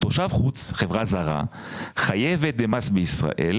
תושב חוץ, חברה זרה, חייבת במס בישראל